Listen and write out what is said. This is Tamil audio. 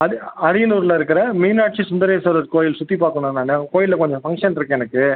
அரி அரியலூரில் இருக்கிற மீனாட்சி சுந்தரேஸ்வரர் கோவில் சுற்றி பார்க்கணும் நான் கோவிலில் கொஞ்சம் ஃபங்ஷன் இருக்குது எனக்கு